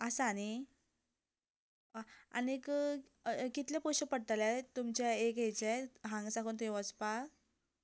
आसा न्ही ह आनीक कितलें पयशें पडटले तुमच्या एक हेचे हांगा साकून थंय वचपाक